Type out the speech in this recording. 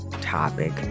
topic